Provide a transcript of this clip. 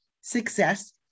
success